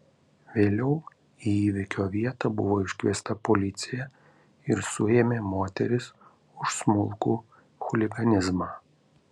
vėliau į įvykio vietą buvo iškviesta policija ir suėmė moteris už smulkų chuliganizmą